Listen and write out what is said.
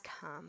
come